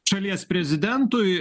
šalies prezidentui